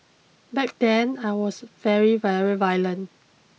back then I was very very violent